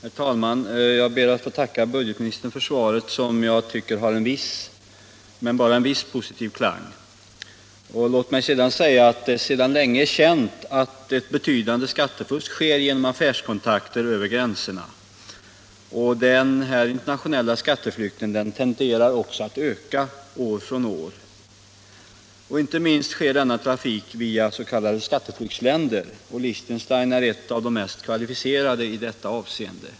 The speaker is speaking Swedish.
Herr talman! Jag ber att få tacka budgetministern för svaret, som jag tycker har en viss, men bara en viss, positiv klang. Låt mig säga att det sedan länge är känt att betydande skattefusk sker genom affärskontakter över gränserna. Denna internationella skatteflykt tenderar att öka år från år. Inte minst sker denna trafik via s.k. skatteflyktsländer, och Liechtenstein är ett av de mest kvalificerade länderna i detta avseende.